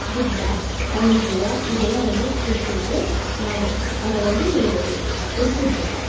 சித்தா ஆயுர்வேதா இதெல்லாம் ரொம்ப பிடிச்சிருக்கு நான் அதை அதை வந்து எடுத்துகிட்ருக்கேன்